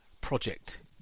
project